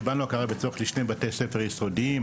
קיבלנו הכרה בצורך לשני בתי ספר יסודיים,